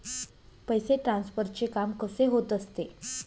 पैसे ट्रान्सफरचे काम कसे होत असते?